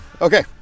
Okay